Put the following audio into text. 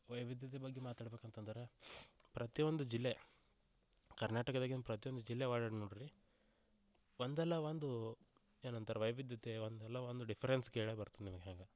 ವೈವಿಧ್ಯತೆ ಬಗ್ಗೆ ಮಾತಾಡ್ಬೇಕು ಅಂತಂದರೆ ಪ್ರತಿಯೊಂದು ಜಿಲ್ಲೆ ಕರ್ನಾಟಕದಾಗೆ ಪ್ರತಿಯೊಂದು ಜಿಲ್ಲೆ ಒಡಾಡಿ ನೋಡ್ರಿ ಒಂದಲ್ಲ ಒಂದು ಏನಂತಾರೆ ವೈವಿಧ್ಯತೆ ಒಂದು ಎಲ್ಲೋ ಒಂದು ಡಿಫರೆನ್ಸ್ ಕೇಳಿ ಬರ್ತದೆ ನಿಮ್ಗೆ ಹೆಂಗೆ